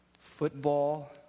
football